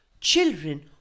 Children